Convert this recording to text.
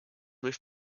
with